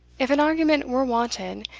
if an argument were wanted,